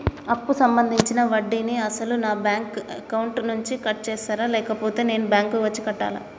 అప్పు సంబంధించిన వడ్డీని అసలు నా బ్యాంక్ అకౌంట్ నుంచి కట్ చేస్తారా లేకపోతే నేను బ్యాంకు వచ్చి కట్టాలా?